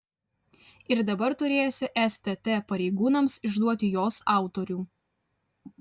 ir dabar turėsiu stt pareigūnams išduoti jos autorių